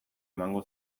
emango